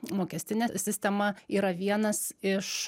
mokestinė sistema yra vienas iš